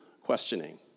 questioning